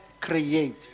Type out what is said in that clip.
create